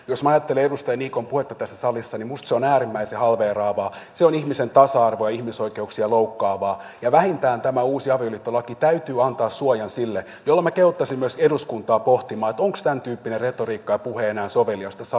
jos minä ajattelen edustaja niikon puhetta tässä salissa niin minusta se on äärimmäisen halveeraavaa se on ihmisen tasa arvoa ja ihmisoikeuksia loukkaavaa ja vähintään tämän uuden avioliittolain täytyy antaa suoja niille jolloin minä kehottaisin myös eduskuntaa pohtimaan onko tämän tyyppinen retoriikka ja puhe enää soveliasta salissa